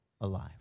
alive